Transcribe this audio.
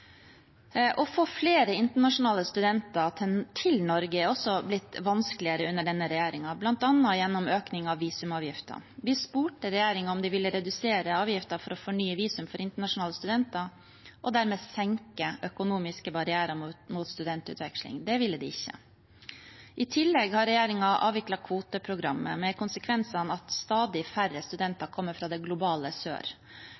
Å få flere internasjonale studenter til Norge er også blitt vanskeligere under denne regjeringen, bl.a. gjennom økning av visumavgiften. Vi spurte regjeringen om de ville redusere avgiften for å fornye visum for internasjonale studenter og dermed senke økonomiske barrierer mot studentutveksling. Det ville de ikke. I tillegg har regjeringen avviklet kvoteprogrammet, med den konsekvensen at stadig færre